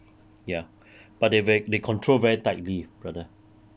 ya but they ve~ they control very tightly brother